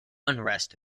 unrest